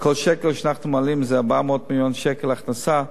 וכל שקל שאנחנו מעלים זה 400 מיליון שקל הכנסה.